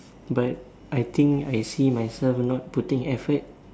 but I think I see myself not putting effort